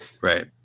Right